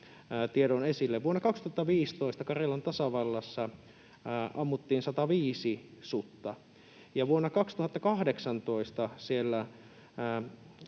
tilastotiedon esille. Vuonna 2015 Karjalan tasavallassa ammuttiin 105 sutta, ja vuonna 2018 siellä